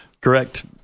Correct